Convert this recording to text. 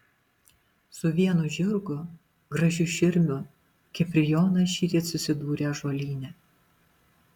su vienu žirgu gražiu širmiu kiprijonas šįryt susidūrė ąžuolyne